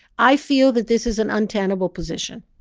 i feel that this is an untenable position.